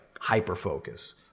hyper-focus